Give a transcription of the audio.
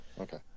okay